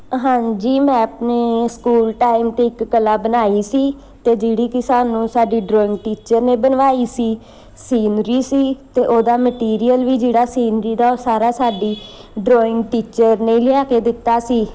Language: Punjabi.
ਹਾਂਜੀ ਮੈਂ ਆਪਣੇ ਸਕੂਲ ਟਾਈਮ 'ਤੇ ਇੱਕ ਕਲਾ ਬਣਾਈ ਸੀ ਅਤੇ ਜਿਹੜੀ ਕਿ ਸਾਨੂੰ ਸਾਡੀ ਡਰੋਇੰਗ ਟੀਚਰ ਨੇ ਬਣਵਾਈ ਸੀ ਸੀਨਰੀ ਸੀ ਅਤੇ ਉਹਦਾ ਮਟੀਰੀਅਲ ਵੀ ਜਿਹੜਾ ਸੀਨਰੀ ਦਾ ਉਹ ਸਾਰਾ ਸਾਡੀ ਡਰੋਇੰਗ ਟੀਚਰ ਨੇ ਲਿਆ ਕੇ ਦਿੱਤਾ ਸੀ